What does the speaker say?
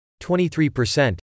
23%